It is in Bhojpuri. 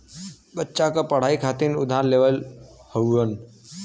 बच्चा क पढ़ाई खातिर उधार लेवल हउवन